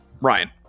Ryan